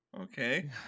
okay